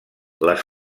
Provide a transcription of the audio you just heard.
les